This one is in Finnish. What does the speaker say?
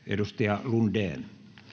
edustaja lunden